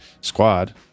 squad